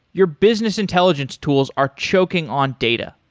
your business intelligence tools are choking on data.